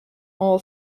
all